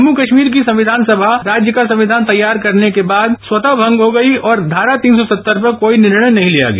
जम्मू कश्मीर की संविधान सभा राज्य का संविधान तैयार करने के बाद स्वतः भंग हो गई और धारा तीन सौ सत्तर पर कोई निर्णय नही लिया गया